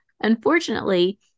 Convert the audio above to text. Unfortunately